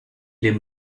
les